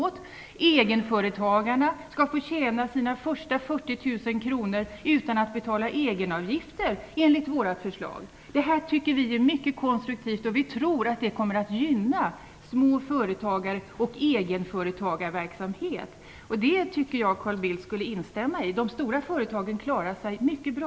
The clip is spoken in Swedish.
Och egenföretagarna skall, enligt våra förslag, få tjäna sina första 40 000 kr utan att betala egenavgifter. Vi tycker att detta är mycket konstruktivt, och vi tror att det kommer att gynna små företagare och egenföretagarverksamhet, något som jag tycker att Carl Bildt borde instämma i. De stora företagen, Carl Bildt, klarar sig mycket bra.